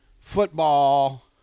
football